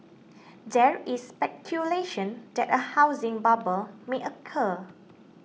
there is speculation that a housing bubble may occur